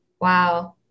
Wow